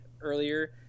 earlier